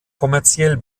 kommerziell